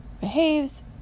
behaves